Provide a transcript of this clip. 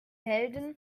helden